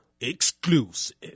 Exclusive